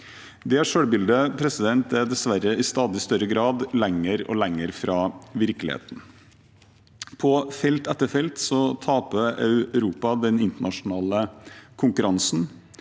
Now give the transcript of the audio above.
Det selvbildet er dessverre i stadig større grad lenger og lenger fra virkeligheten. På felt etter felt taper Europa den internasjonale konkurransen